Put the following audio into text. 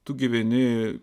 tu gyveni